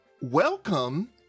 Welcome